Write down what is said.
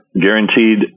guaranteed